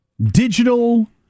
digital